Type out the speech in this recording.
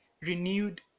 renewed